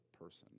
person